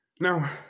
Now